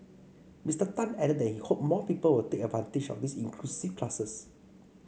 Mister Tan added that he hoped more people would take advantage of the inclusive classes